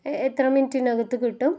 എത്ര മിനിട്ടിനകത്ത് കിട്ടും